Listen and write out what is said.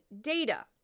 data